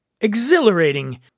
exhilarating